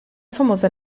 famosa